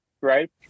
right